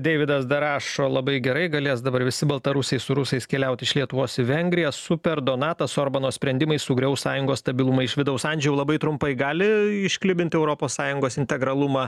deividas dar rašo labai gerai galės dabar visi baltarusiai su rusais keliaut iš lietuvos į vengriją super donatas orbano sprendimai sugriaus sąjungos stabilumą iš vidaus andžejau labai trumpai gali išklibinti europos sąjungos integralumą